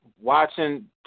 watching